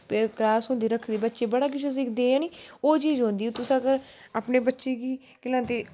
class होंदी रक्खी दी बच्चे बड़ा किश सिखदे ऐनी ओह् चीज होंदी तुस अगर अपनें बच्चे गी केह् लांदे